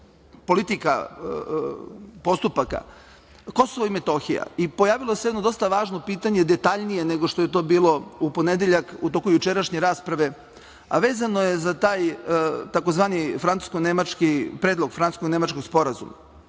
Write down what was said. politika postupaka. Kosovo i Metohija, pojavilo se jedno dosta važno pitanje, detaljnije nego što je to bilo u ponedeljak u toku jučerašnje rasprave, a vezano je za taj tzv. „Predlog francusko-nemačkog sporazuma“.